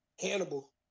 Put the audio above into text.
Hannibal